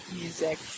music